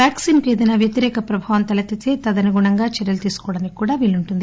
vaccine కు ఎదైనా వ్యతిరేక ప్రభావం తలెత్తుతే తదనుగుణంగా చర్యలు తీసుకోవడానికి వీలుంటుంది